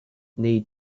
need